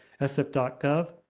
SF.gov